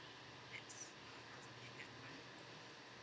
so